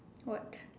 what